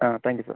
ആ thank you sir